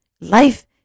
Life